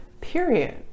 period